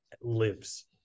lives